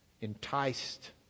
enticed